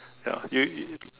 ya you you you